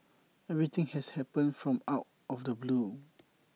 everything has happened from out of the blue